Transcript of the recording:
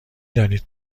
دانید